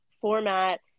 format